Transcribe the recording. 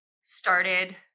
started